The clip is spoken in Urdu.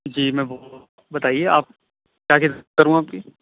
جی میں بتائیے آپ کیا خدمت کروں آپ کی